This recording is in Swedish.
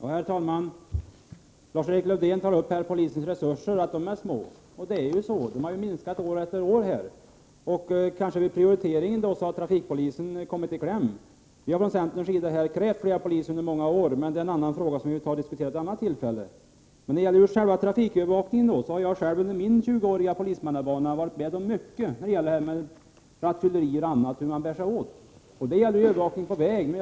Herr talman! Lars-Erik Lövdén säger att polisens resurser är små, och det är sant — de har minskat år efter år. Vid prioriteringen har trafikpolisen kanske kommit i kläm. Vi har från centerns sida under många år krävt fler poliser, men det är en annan fråga, som vi får diskutera vid ett annat tillfälle. När det gäller själva trafikövervakningen har jag själv under min 20-åriga polismannabana varit med om mycket i fråga om rattfylleri och annat vid trafikövervakning på väg.